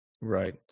right